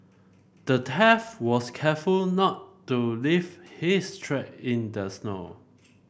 the thief was careful not to leave his track in the snow